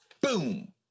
Boom